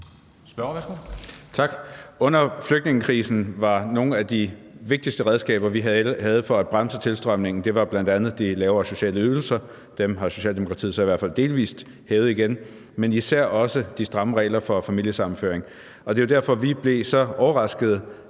Under flygtningekrisen var nogle af de vigtigste redskaber, vi havde for at bremse tilstrømningen, bl.a. de lavere sociale ydelser – dem har Socialdemokratiet, i hvert fald delvis, hævet igen – men især også de stramme regler for familiesammenføring, og det er jo derfor, vi blev så overraskede,